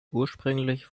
ursprünglich